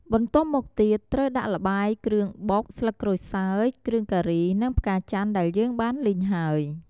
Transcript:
បន្ទាប់មកទៀត ត្រូវដាក់ល្បាយគ្រឿងបុក ស្លឹកក្រូចសើច គ្រឿងការីនឹងផ្កាចាន់ដែលយើងបានលីងហើយ។